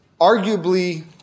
arguably